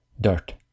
dirt